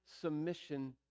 submission